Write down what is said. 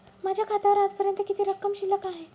माझ्या खात्यावर आजपर्यंत किती रक्कम शिल्लक आहे?